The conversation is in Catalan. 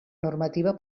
normativa